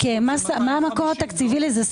ומה המקור התקציבי של זה?